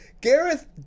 Gareth